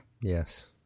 Yes